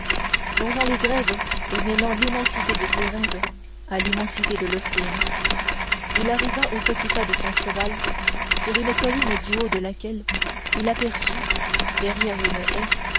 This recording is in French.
longeant les grèves et mêlant l'immensité de ses rêves à l'immensité de l'océan il arriva au petit pas de son cheval sur une colline du haut de laquelle il aperçut derrière une haie